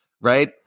right